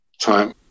time